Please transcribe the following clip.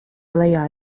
lejā